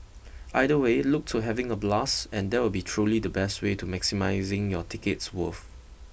either way look to having a blast and that will truly be the best way to maximising your ticket's worth